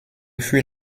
fut